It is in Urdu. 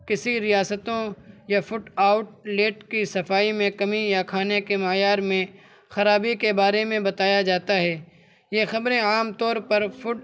کسی ریاستوں یا فٹ آؤٹلیٹ کی صفائی میں کمی یا کھانے کے معیار میں خرابی کے بارے میں بتایا جاتا ہے یہ خبریں عام طور پر فٹ